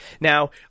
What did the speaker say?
Now